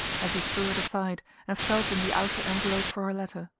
as he threw it aside and felt in the outer envelope for her letter.